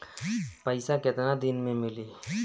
पैसा केतना दिन में मिली?